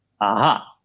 Aha